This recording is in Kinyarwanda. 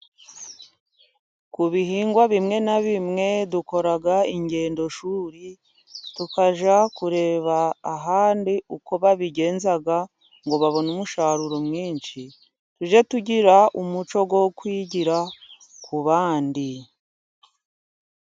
Ku bihingwa bimwe na bimwe dukora ingendo shuri, tukajya kureba ahandi uko babigenza, kugira ngo babone umusaruro mwinshi. Tujye tugira umuco wo kwigira ku bandi.